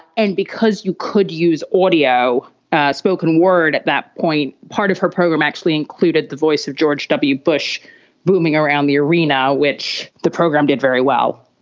and because you could use audio spoken word at that point, part of her program actually included the voice of george w. bush booming around the arena, which the program did very well.